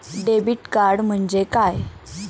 Debit card म्हणजे काय?